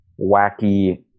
wacky